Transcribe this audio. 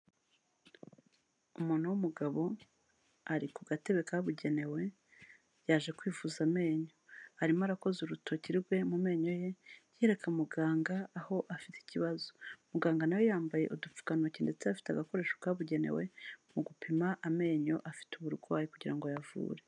Umuntu w'umugabo, ari ku gatebe kabugenewe, yaje kwivuza amenyo. Arimo arakoza urutoki rwe mu menyo ye yereka muganga aho afite ikibazo, muganga nawe yambaye udupfudantoki ndetse afite agakoresho kabugenewe mu gupima amenyo afite uburwayi kugira ayavure.